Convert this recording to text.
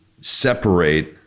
separate